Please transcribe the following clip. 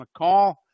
McCall